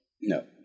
No